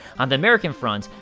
on the american front,